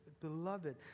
beloved